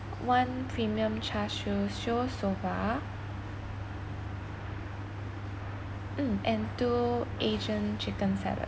one premium char siew shoyu soba mm and two asian chicken salad